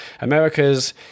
Americas